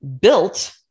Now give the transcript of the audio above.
built